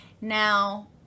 now